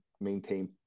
maintain